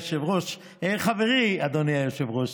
חברי אדוני היושב-ראש,